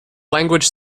language